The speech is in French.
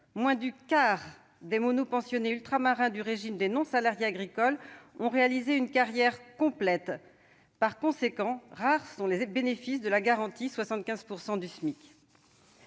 Moins du quart des monopensionnés ultramarins du régime des non-salariés agricoles a réalisé une carrière complète. Par conséquent, rares sont les bénéficiaires de la garantie des 75 % du SMIC.